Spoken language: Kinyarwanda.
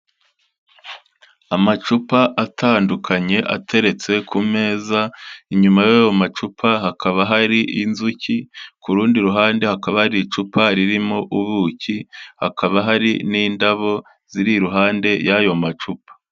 Amacupa atandukanye ateretse ku meza, inyuma y'ayo macupa hakaba hari inzuki, ku rundi ruhande hakaba hari icupa ririmo ubuki, hakaba hari n'indabo ziri iruhande y'ayo macupa.